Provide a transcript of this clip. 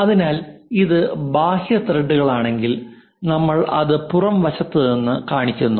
അതിനാൽ ഇത് ബാഹ്യ ത്രെഡുകളാണെങ്കിൽ നമ്മൾ അത് പുറം വശത്ത് നിന്ന് കാണിക്കുന്നു